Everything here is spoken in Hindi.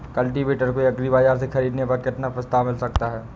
कल्टीवेटर को एग्री बाजार से ख़रीदने पर कितना प्रस्ताव मिल सकता है?